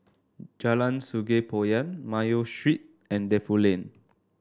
Jalan Sungei Poyan Mayo Street and Defu Lane